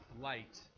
light